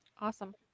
awesome